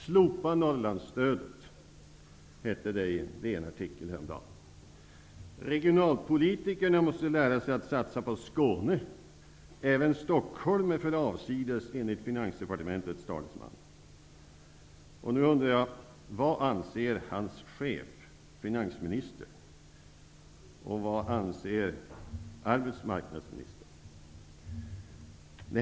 I en DN-artikel häromdagen sade han: Slopa Norrlandsstödet. Regionalpolitikerna måste lära sig att satsa på Skåne. Han säger att även Stockholm är för avsides. Vad anser hans chef, finansministern, och vad anser arbetsmarknadsministern?